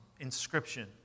inscription